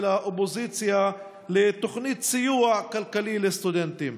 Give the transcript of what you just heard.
האופוזיציה לתוכנית סיוע כלכלי לסטודנטים.